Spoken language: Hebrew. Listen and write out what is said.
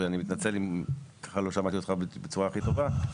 ואני מתנצל אם לא שמעתי אותך בצורה הכי טובה,